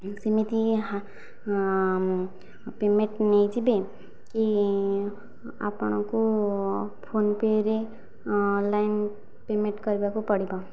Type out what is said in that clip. ସେମିତି ପେମେଣ୍ଟ ନେଇଯିବେ କି ଆପଣଙ୍କୁ ଫୋନ୍ ପେ' ରେ ଅନଲାଇନ୍ ପେମେଣ୍ଟ କରିବାକୁ ପଡ଼ିବ